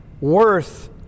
worth